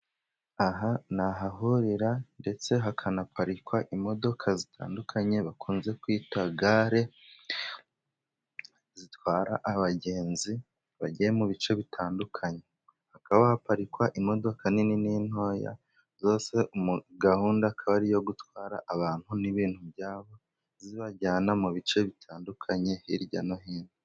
Aha ni ahahurira ndetse hakanaparikwa imodoka zitandukanye bakunze kwita gare, zitwara abagenzi bagiye mu bice bitandukanye, hakaba haparikwa imodoka nini n'intoya zose, gahunda ikaba iyo gutwara abantu n'ibintu byabo zibajyana mu bice bitandukanye hirya no hino.